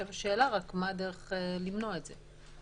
השאלה, איך למנוע את זה.